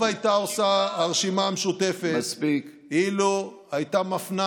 טוב הייתה עושה הרשימה המשותפת אילו הייתה מפנה